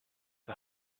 the